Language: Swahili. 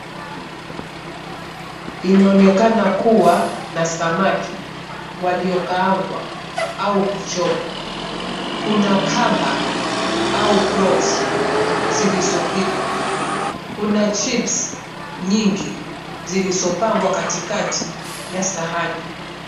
Inaonekana kuwa na samaki waliokaangwa au kuchomwa. Kuna kamba au prawns zilizopikwa. Kuna chips nyingi zilizopangwa katikati ya sahani.